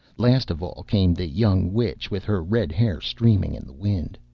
last of all came the young witch, with her red hair streaming in the wind.